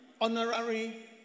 honorary